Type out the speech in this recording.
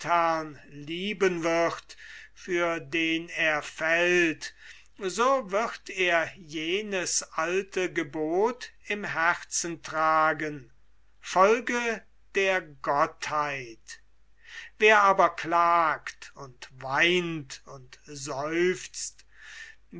lieben wird für den er fällt so wird er jenes alte gebot im herzen tragen folge der gottheit wer aber klagt und weint und seufzt